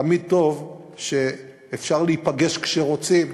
תמיד טוב שאפשר להיפגש כשרוצים,